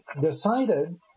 decided